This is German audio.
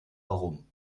warum